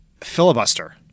Filibuster